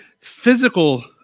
physical